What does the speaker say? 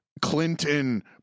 Clinton